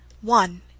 one